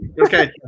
Okay